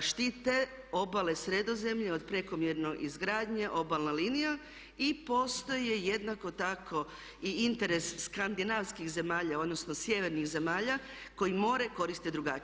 štite obale Sredozemlja od prekomjerne izgradnje obalne linije i postoje jednako tako i interes skandinavskih zemalja odnosno sjevernih zemalja koji more koriste drugačije.